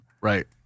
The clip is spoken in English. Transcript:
Right